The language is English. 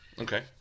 okay